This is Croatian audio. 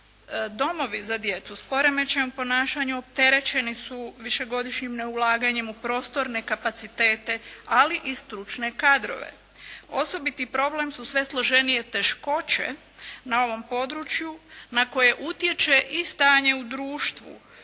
Domovi za djecu s poremećajem u ponašanju opterećeni su višegodišnjim neulaganjem u prostorne kapacitete, ali i stručne kadrove. Osobiti problem su sve složenije teškoće na ovom području na koje utječe i stanje u društvu,